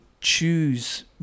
choose